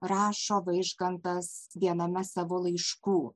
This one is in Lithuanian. rašo vaižgantas viename savo laiškų